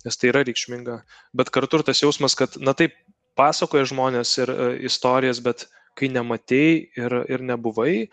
nes tai yra reikšminga bet kartu ir tas jausmas kad na taip pasakoja žmonės ir istorijas bet kai nematei ir ir nebuvai